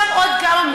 הוא